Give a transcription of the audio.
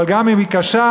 אבל גם אם היא קשה,